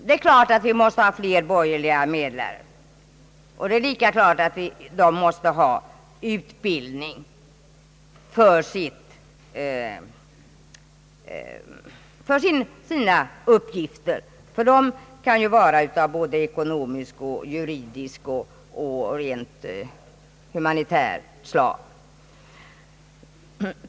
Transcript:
Det är klart att vi måste ha flera borgerliga medlare, och det är lika klart att de måste ha utbildning för sina uppgifter. Dessa kan ju vara av ekonomiskt, juridiskt och rent humanitärt slag.